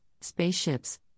spaceships